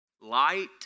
light